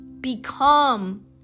become